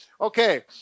Okay